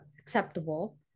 acceptable